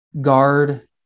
guard